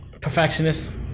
Perfectionist